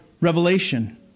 Revelation